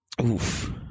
Oof